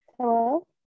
hello